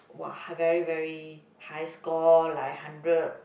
[wah] very very high score like hundred